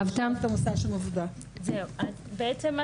אז בעצם,